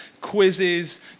quizzes